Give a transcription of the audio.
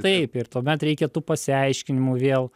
taip ir tuomet reikia tų pasiaiškinimų vėl